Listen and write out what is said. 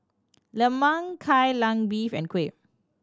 lemang Kai Lan Beef and kuih